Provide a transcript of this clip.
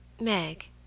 Meg